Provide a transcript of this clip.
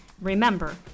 Remember